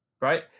right